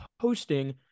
posting